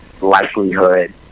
likelihood